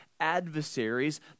adversaries